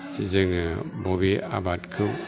जोङो बबे आबादखौ